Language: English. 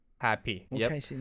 happy